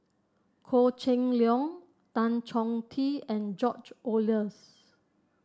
Goh Cheng Liang Tan Chong Tee and George Oehlers